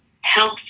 health